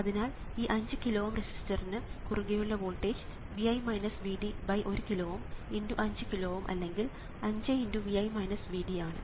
അതിനാൽ ഈ 5 കിലോ Ω റെസിസ്റ്ററിന് കുറുകെയുള്ള വോൾട്ടേജ് 1 കിലോ Ω× 5 കിലോ Ω അല്ലെങ്കിൽ 5 × ആണ്